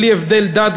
בלי הבדל דת,